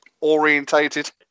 orientated